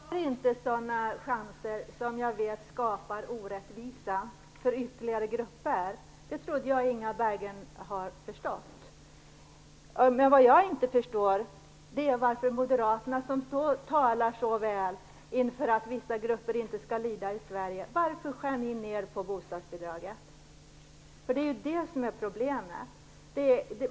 Herr talman! Jag tar inte sådana chanser som jag vet skapar orättvisa för ytterligare grupper. Det trodde jag att Inga Berggren hade förstått. Men vad jag inte förstår är varför Moderaterna, som talar så väl för att vissa grupper i Sverige inte skall lida, vill skära ned bostadsbidragen. Det är ju detta som är problemet.